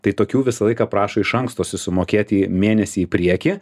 tai tokių visą laiką prašo iš anksto susimokėti į mėnesį į priekį